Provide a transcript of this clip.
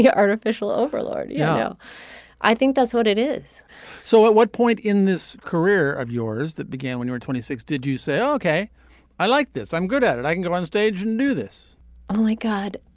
yeah artificial overlord yeah you know i think that's what it is so at what point in this career of yours that began when you were twenty six did you say ok i like this i'm good at it i can go on stage and do this oh my god.